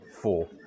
four